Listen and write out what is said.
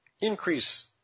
increase